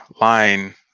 line